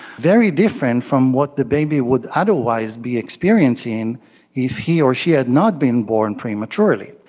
very different from what the baby would otherwise be experiencing if he or she had not been born prematurely.